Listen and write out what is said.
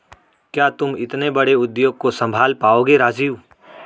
क्या तुम इतने बड़े उद्योग को संभाल पाओगे राजीव?